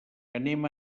anem